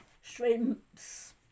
shrimps